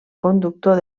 conductor